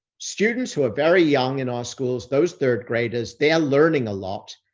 students who are very young in our schools, those third graders, they are learning a lot.